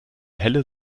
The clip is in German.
helle